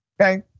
okay